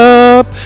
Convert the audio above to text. up